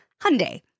Hyundai